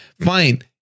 Fine